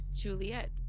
Juliet